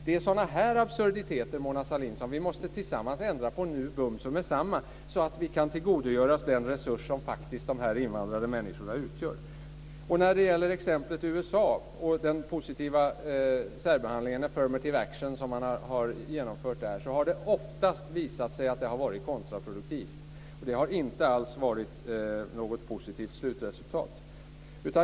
Det är sådana absurditeter, Mona Sahlin, som vi tillsammans nu måste ändra på bums och meddetsamma så att vi kan tillgodogöra oss den resurs som de invandrade människorna faktiskt utgör. När det gäller exemplet USA och den positiva särbehandling, affirmative action, som man har genomfört där, har det oftast visat sig att det har varit kontraproduktivt. Det har inte alls varit något positivt slutresultat.